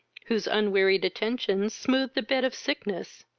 whose unwearied attentions smoothed the bed of sickness,